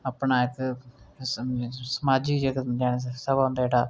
अपना इक्क समाजिक जेकर समां जेह्ड़ा